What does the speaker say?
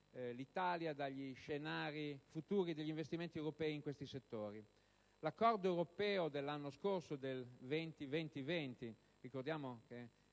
l'Italia dagli scenari futuri degli investimenti europei in questi settori. L'Accordo europeo dell'anno scorso sul 20-20-20 (che